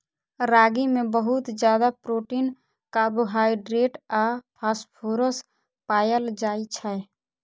रागी मे बहुत ज्यादा प्रोटीन, कार्बोहाइड्रेट आ फास्फोरस पाएल जाइ छै